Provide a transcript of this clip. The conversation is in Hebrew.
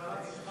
הגבלת,